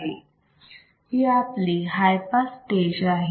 ही आपली high pass stage आहे